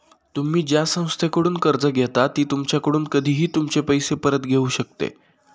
तुम्ही ज्या संस्थेकडून कर्ज घेता ती तुमच्याकडून कधीही तुमचे पैसे परत घेऊ शकते